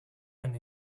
and